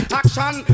action